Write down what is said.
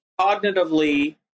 cognitively